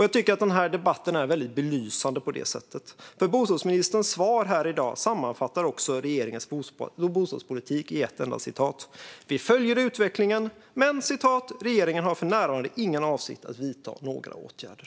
Jag tycker att de här debatterna är väldigt belysande på det sättet, för bostadsministerns svar här i dag sammanfattar också regeringens bostadspolitik: Regeringen följer utvecklingen men har för närvarande ingen avsikt att vidta några åtgärder.